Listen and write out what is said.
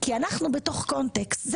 אנחנו בתוך קונטקסט.